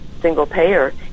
single-payer